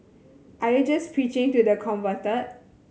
are you just preaching to the converted